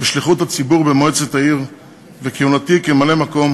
בשליחות הציבור במועצת העיר וכהונתי כממלא-מקום